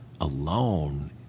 alone